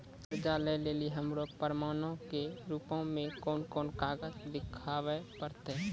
कर्जा लै लेली हमरा प्रमाणो के रूपो मे कोन कोन कागज देखाबै पड़तै?